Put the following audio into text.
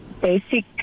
basic